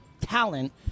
talent